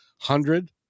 hundred